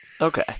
Okay